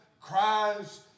cries